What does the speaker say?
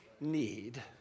need